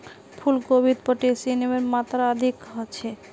फूल गोभीत पोटेशियमेर मात्रा अधिक ह छे